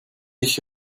ich